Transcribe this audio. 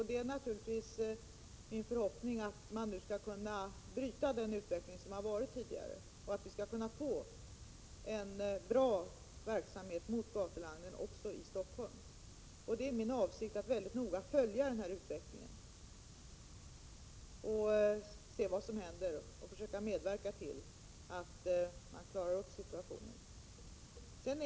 Det är naturligvis min förhoppning att man skall kunna bryta den tidigare utvecklingen och att vi kan få en bra verksamhet mot gatulangning också i Stockholm. Det är min avsikt att noga följa utvecklingen och att försöka medverka till att klara upp situationen.